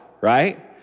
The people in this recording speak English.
right